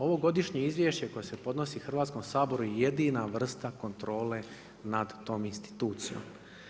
Ovogodišnje izvješće koje se podnosi Hrvatskom saboru je jedina vrsta kontrole nad tom institucijom.